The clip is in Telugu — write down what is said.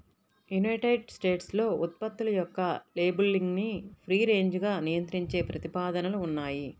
యునైటెడ్ స్టేట్స్లో ఉత్పత్తుల యొక్క లేబులింగ్ను ఫ్రీ రేంజ్గా నియంత్రించే ప్రతిపాదనలు ఉన్నాయి